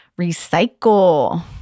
recycle